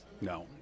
No